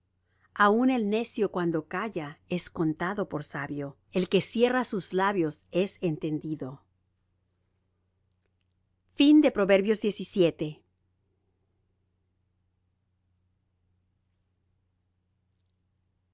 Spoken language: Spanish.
aun el necio cuando calla es contado por sabio el que cierra sus labios es entendido